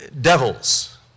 devils